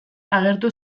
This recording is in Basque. agertu